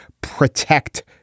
protect